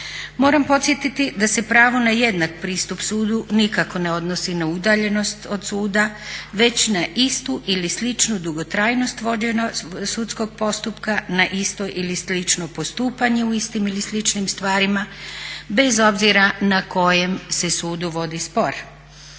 Moram podsjetiti da se pravo na jednak pristup sudu nikako ne odnosi na udaljenost od suda, već na istu ili sličnu dugotrajnost vođenja sudskog postupka na istoj ili sličnoj postupanju, na istim ili sličnim stvarima bez obzira na kojem se sudu vodi spor.